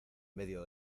medio